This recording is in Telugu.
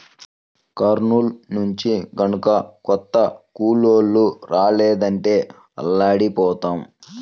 కర్నూలు నుంచి గనక కొత్త కూలోళ్ళు రాలేదంటే అల్లాడిపోతాం